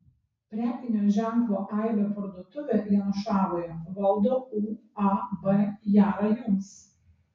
prekinio ženklo aibė parduotuvę janušavoje valdo uab jara jums